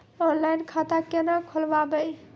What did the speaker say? Online खाता केना खोलभैबै?